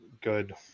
good